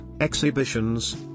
exhibitions